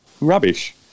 rubbish